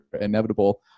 inevitable